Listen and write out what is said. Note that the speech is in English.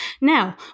Now